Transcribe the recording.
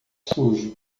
sujo